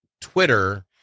Twitter